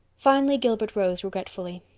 finally gilbert rose regretfully.